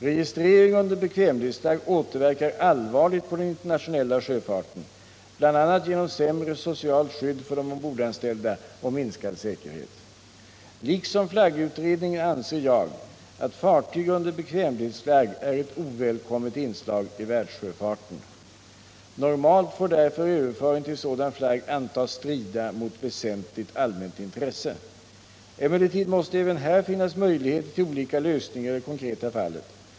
Registrering under bekvämlighetsflagg återverkar allvarligt på den internationella sjöfarten, bl.a. genom sämre socialt skydd för de ombordanställda och minskad säkerhet. Liksom flaggutredningen anser jag att fartyg under bekvämlighetsflagg är ett ovälkommet inslag i världssjöfarten. Normalt får därför överföring till sådan flagg antas strida mot väsentligt allmänt intresse. Emellertid måste även här finnas möjligheter till olika lösningar i det konkreta fallet.